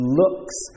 looks